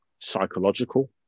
Psychological